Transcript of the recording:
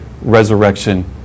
resurrection